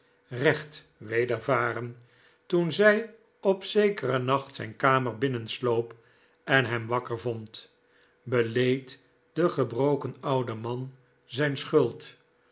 recht wedervaren toen zij op zekeren nacht zijn kamer binnensloop en hem wakker vond beleed de gebroken oude man zijn schuld